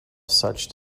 such